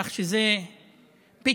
כך שזה פיצ'פקעס,